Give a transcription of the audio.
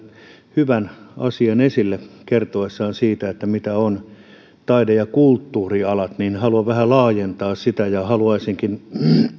hyvän asian esille kertoessaan siitä mitä ovat taide ja kulttuurialat ja haluan vähän laajentaa sitä ja haluaisinkin että eksta häkämies